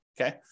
okay